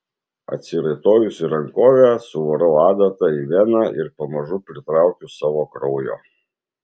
atsiraitojusi rankovę suvarau adatą į veną ir pamažu pritraukiu savo kraujo